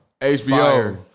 hbo